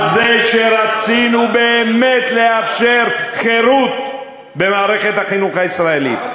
על זה שרצינו באמת לאפשר חירות במערכת החינוך הישראלית.